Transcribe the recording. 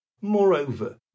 Moreover